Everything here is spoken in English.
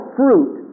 fruit